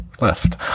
left